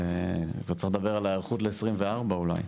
רוצה לדבר על ההיערכות ל-24 אולי,